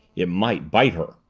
it might bite her!